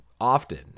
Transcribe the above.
often